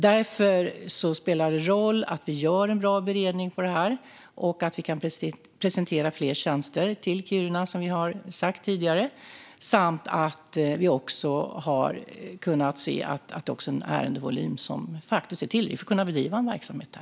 Därför spelar det roll att vi gör en bra beredning av detta och att vi kan presentera fler tjänster till Kiruna, som vi tidigare har sagt, samt att vi har kunnat se att det också är en ärendevolym som faktiskt är tillräcklig för att kunna bedriva en verksamhet där.